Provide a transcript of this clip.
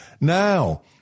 Now